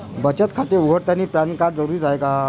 बचत खाते उघडतानी पॅन कार्ड जरुरीच हाय का?